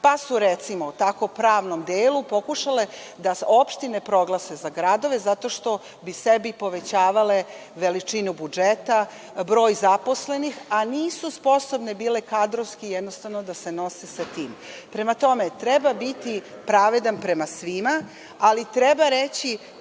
pa su recimo tako u pravnom delu pokušale da opštine proglase za gradove zato što bi sebi povećavale veličinu budžeta, broj zaposlenih a nisu bile kadrovski sposobne da se nose sa tim. Prema tome, treba biti pravedan prema svima, ali treba reći